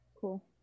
Cool